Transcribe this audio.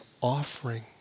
offering